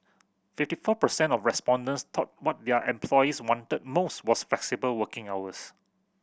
fifty four percent of respondents thought what their employees wanted most was flexible working hours